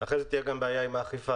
אחרי כן תהיה גם בעיה עם האכיפה.